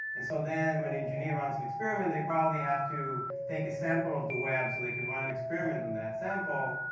and so then, when the engineer runs an experiment, they probably have to take a sample of the web so they can run and experiment on that sample.